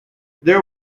there